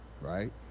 right